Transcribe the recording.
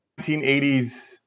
1980s